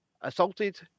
assaulted